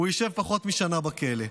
הוא יישב פחות משנה בכלא.